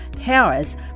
Harris